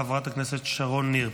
חברת הכנסת שרון ניר.